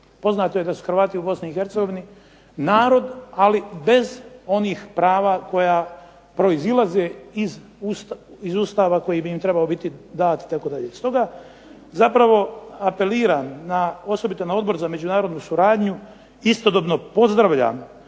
Poznato je da su Hrvati u Bosni i Hercegovini narod ali bez onih prava koja proizilaze iz Ustava koji bi im trebao biti dat itd. Stoga zapravo apeliram, osobito na Odbor za međunarodnu suradnju, istodobno pozdravljam